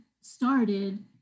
started